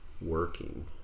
working